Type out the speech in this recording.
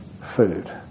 food